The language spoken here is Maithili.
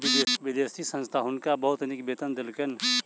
विदेशी संस्था हुनका बहुत नीक वेतन देलकैन